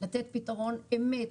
לתת פתרון אמת,